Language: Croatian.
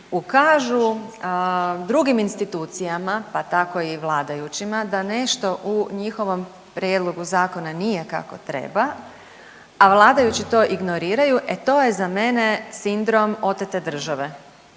ukažu drugim institucijama, pa tako i vladajućima da nešto u njihovom prijedlogu zakona nije kako treba, a vladajući to ignoriraju e to je za mene sindrom otete države